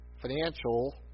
financial